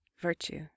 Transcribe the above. virtue